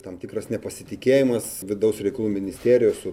tam tikras nepasitikėjimas vidaus reikalų ministerijos su